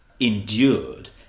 endured